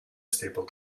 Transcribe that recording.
stable